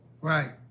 right